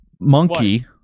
Monkey